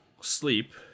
sleep